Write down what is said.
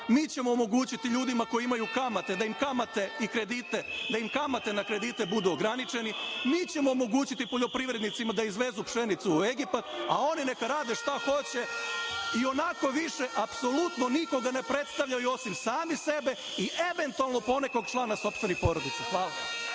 Mi ćemo omogućiti ljudima koji imaju kamate da im kamate na kredite budu ograničene. Mi ćemo omogućiti poljoprivrednicima da izvezu pšenicu u Egipat, a oni neka rade šta hoće, ionako više apsolutno nikoga ne predstavljaju, osim sami sebe i eventualno po nekog člana sopstvenih porodica. Hvala.